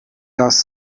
das